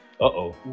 Uh-oh